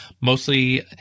Mostly